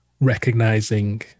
recognizing